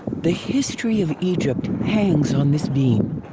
the history of egypt hangs on this beam.